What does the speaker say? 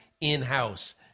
in-house